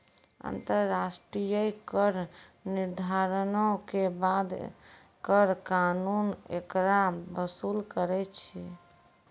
अन्तर्राष्ट्रिय कर निर्धारणो के बाद कर कानून ओकरा वसूल करै छै